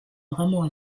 vraiment